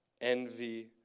envy